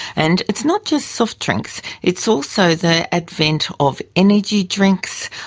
and it's not just soft drinks. it's also the advent of energy drinks,